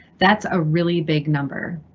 that's a really big number,